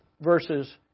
verses